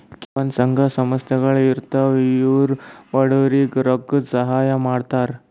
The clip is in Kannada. ಕೆಲವಂದ್ ಸಂಘ ಸಂಸ್ಥಾಗೊಳ್ ಇರ್ತವ್ ಇವ್ರು ಬಡವ್ರಿಗ್ ರೊಕ್ಕದ್ ಸಹಾಯ್ ಮಾಡ್ತರ್